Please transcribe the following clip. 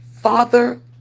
Father